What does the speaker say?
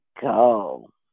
go